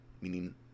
meaning